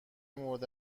مورد